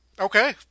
Okay